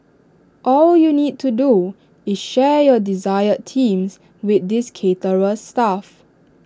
all you need to do is share your desired themes with this caterer's staff